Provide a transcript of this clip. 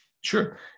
Sure